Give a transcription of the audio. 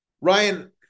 Ryan